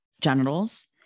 genitals